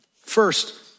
First